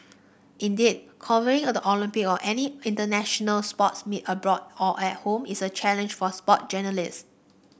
indeed covering the Olympic or any international sports meet abroad or at home is a challenge for sports journalist